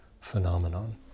phenomenon